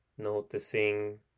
Noticing